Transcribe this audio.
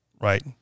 right